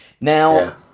Now